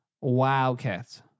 Wildcats